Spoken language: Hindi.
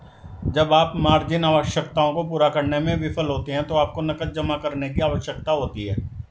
जब आप मार्जिन आवश्यकताओं को पूरा करने में विफल होते हैं तो आपको नकद जमा करने की आवश्यकता होती है